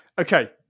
Okay